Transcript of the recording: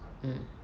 mm